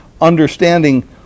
understanding